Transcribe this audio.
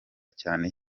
cyane